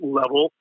level